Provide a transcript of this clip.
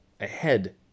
ahead